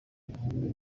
umuhungu